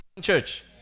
church